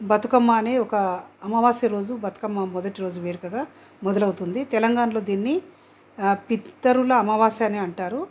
బతుకమ్మ అనే ఒక అమావాస్య రోజు బతుకమ్మ మొదటి రోజు వేడుకగా మొదలవుతుంది తెలంగాణాలో దీన్ని పిత్తరుల అమావాస్య అని అంటారు